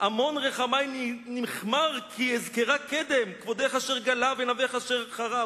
המון רחמי נכמר כי אזכרה קדם / כבודך אשר גלה ונווך אשר חרב",